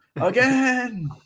again